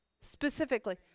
specifically